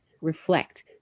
reflect